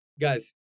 guys